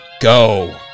go